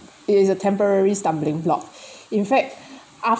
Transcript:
it is a temporary stumbling block in fact